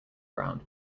ground